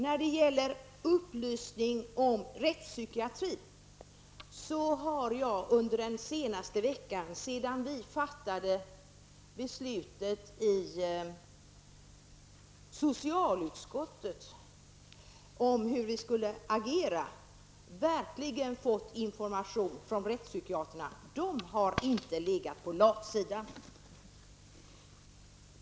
När det gäller upplysning om rättspsykiatrin har jag under den senaste veckan, sedan vi fattade beslutet i socialutskottet, verkligen fått information från rättspsykiaterna. De har inte legat på latsidan!